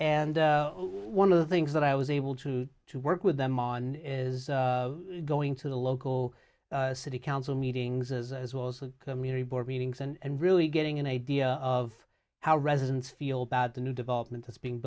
and one of the things that i was able to to work with them on is going to the local city council meetings as was the community board meetings and really getting an idea of how residents feel about the new development is being